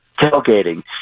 tailgating